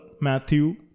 Matthew